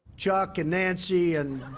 chuck and nancy and,